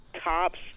tops